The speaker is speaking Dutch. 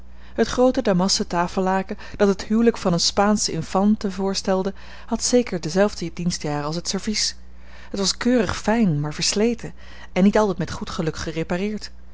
het groote damasten tafellaken dat het huwelijk van eene spaansche infante voorstelde had zeker dezelfde dienstjaren als het servies het was keurig fijn maar versleten en niet altijd met goed geluk gerepareerd